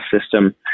system